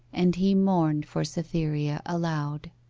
and he mourned for cytherea aloud.